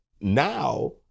now